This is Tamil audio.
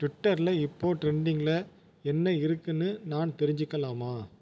ட்விட்டரில் இப்போது டிரெண்டிங்கில் என்ன இருக்குன்னு நான் தெரிஞ்சுக்கலாமா